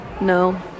No